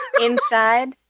Inside